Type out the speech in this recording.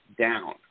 down